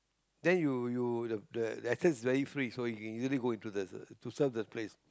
then you you the the access is very free so you can really go into the the to surf the place